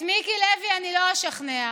את מיקי לוי אני לא אשכנע.